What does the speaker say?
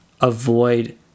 avoid